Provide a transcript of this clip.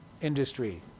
industry